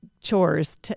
chores